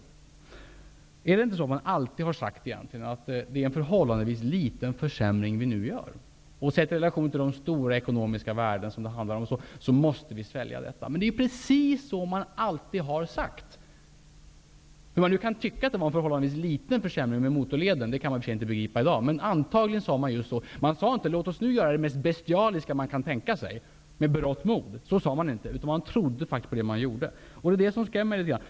Har man inte alltid sagt att det är en förhållandevis liten försämring som görs? I relation till de stora ekonomiska värden som det handlar om måste vi svälja detta -- tycks man mena. Det är precis så man alltid har sagt. Hur man kan tycka att motorleden är en förhållandevis liten försämring kan jag i och för sig inte begripa i dag. Antagligen sade man just så. Man sade inte med berått mod: Låt oss nu göra det mest bestialiska som tänkas kan. Nej, man trodde faktiskt på det man gjorde. Det är just det som skrämmer litet grand.